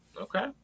Okay